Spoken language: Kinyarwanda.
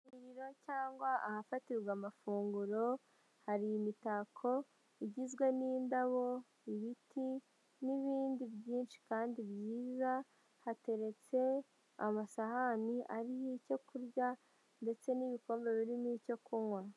Mu iguriro cyangwa ahafatirwa amafunguro, hari imitako igizwe n'indabo, ibiti n'ibindi byinshi kandi byiza, hateretse amasahani ariho icyo kurya ndetse n'ibikombe birimo icyo kunywa.